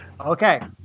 Okay